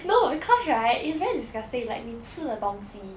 no because right it's very disgusting like 你吃的东西